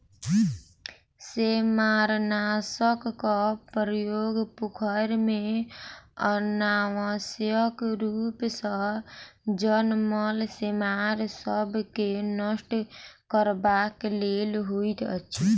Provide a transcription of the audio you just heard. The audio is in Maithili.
सेमारनाशकक प्रयोग पोखैर मे अनावश्यक रूप सॅ जनमल सेमार सभ के नष्ट करबाक लेल होइत अछि